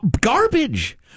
garbage